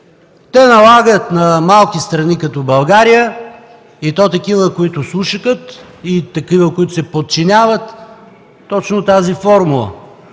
Те налагат на малки страни като България – такива, които слушкат и които се подчиняват, точно тази формула.